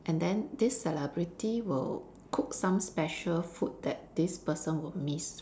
and then this celebrity will cook some special food that this person will miss